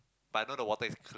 but not the water is cl~